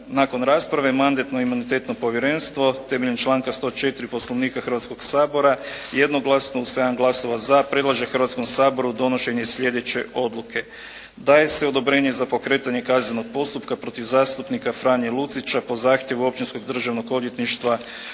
Nakon rasprave mandatno-imunitetno povjerenstvo temeljem članka 104. Poslovnika Hrvatskoga sabora jednoglasno, uz 7 glasova za predlaže Hrvatskom saboru donošenje sljedeće odluke. Daje se odobrenje za pokretanje kaznenog postupka protiv zastupnika Franje Lucića po zahtjevu Općinskog državnog odvjetništva u